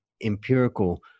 empirical